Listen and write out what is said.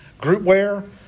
Groupware